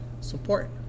support